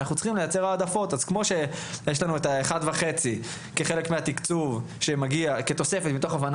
אנחנו נמשיך לדחוף כי יש לנו שיש הזדמנות איתו להביא